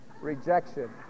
Rejection